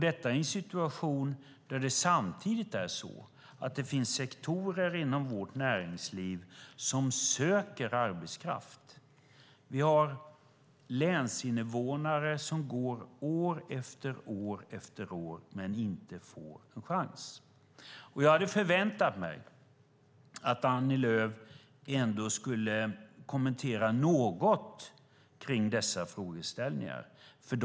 Detta sker i en situation där det samtidigt finns sektorer inom vårt näringsliv som söker arbetskraft. Vi har länsinvånare som går år efter år men inte får en chans. Jag hade förväntat mig att Annie Lööf ändå skulle ha kommenterat dessa frågeställningar något.